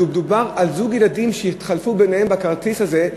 מדובר על זוג ילדים שהתחלפו ביניהם בכרטיס הזה,